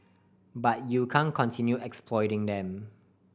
but you can continue exploiting them